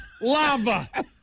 lava